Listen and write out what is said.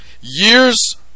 years